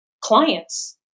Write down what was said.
clients